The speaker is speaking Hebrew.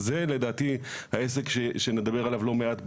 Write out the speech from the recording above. וזה לדעתי העסק שנדבר עליו לא מעט בהמשך,